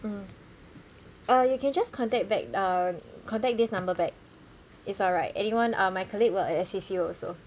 mm uh you can just contact back uh contact this number back it's alright anyone uh my colleague will assist you also